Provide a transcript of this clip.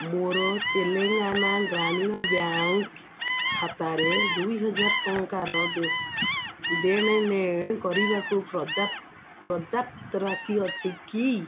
ମୋର ତେଲେଙ୍ଗାନା ଗ୍ରାମୀଣ ବ୍ୟାଙ୍କ୍ ଖାତାରେ ଦୁଇହଜାର ଟଙ୍କାର ଦେଣନେଣ କରିବାକୁ ପର୍ଯ୍ୟାପ୍ତ ରାଶି ଅଛି କି